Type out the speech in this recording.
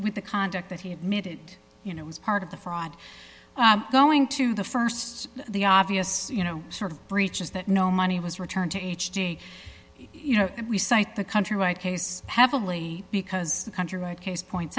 with the conduct that he admitted you know was part of the fraud going to the st the obvious you know sort of breaches that no money was returned to each day you know and we cite the countrywide case heavily because countrywide case points